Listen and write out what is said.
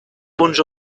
punts